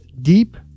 deep